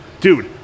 Dude